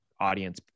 audience